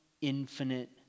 infinite